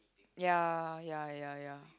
ya ya ya ya